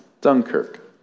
Dunkirk